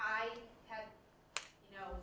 i know